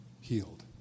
healed